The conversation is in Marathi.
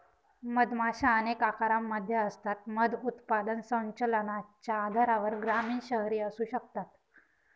मधमाशा अनेक आकारांमध्ये असतात, मध उत्पादन संचलनाच्या आधारावर ग्रामीण, शहरी असू शकतात